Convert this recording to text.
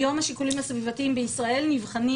היום השיקולים הסביבתיים בישראל נבחנים